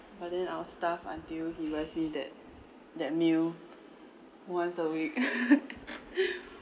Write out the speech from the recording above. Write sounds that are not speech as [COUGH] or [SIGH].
but then I will starve until he buys me that that meal once a week [LAUGHS]